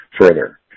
further